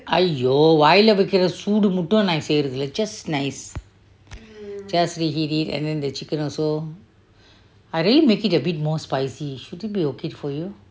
ஐயோ வாயில வைக்கிற சூடு மட்டும் நா செய்யறது இல்ல:aiyoo vaayila vaikira soodu matthum naa seirathu illa just nice just reheat it and then the chicken also I really make it a bit more spicy should it be okay for you